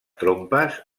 trompes